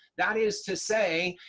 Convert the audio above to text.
that is to say,